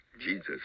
Jesus